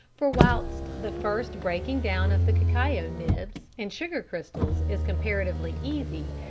for whilst the first breaking down of the cacao nibs and sugar crystals is comparatively easy,